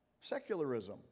Secularism